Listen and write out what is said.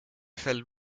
fell